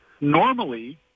Normally